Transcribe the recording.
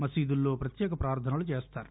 మసీదుల్లో ప్రత్యేక ప్రార్దనలు చేస్తారు